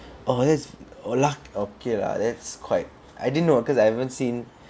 oh that's oh luck okay lah that's quite I didn't know because I haven't seen